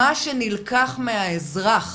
מה שנלקח מהאזרח